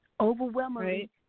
Overwhelmingly